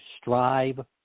strive